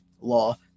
law